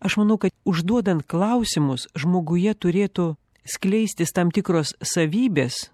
aš manau kad užduodant klausimus žmoguje turėtų skleistis tam tikros savybės